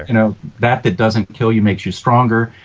you know that that doesn't kill you makes you stronger,